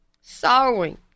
sorrowing